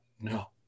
No